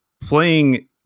playing